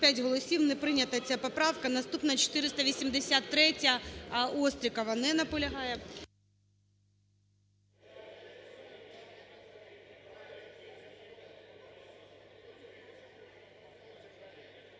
Не прийнята ця поправка. Наступна – 483-я, Острікова. Не наполягає.